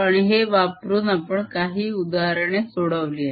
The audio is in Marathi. आणि हे वापरून आपण काही उदाहरणे सोडवली आहेत